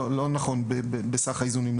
היא לא נכונה בסך האיזונים.